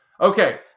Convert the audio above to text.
Okay